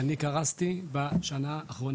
אני קרסתי בשנה האחרונה.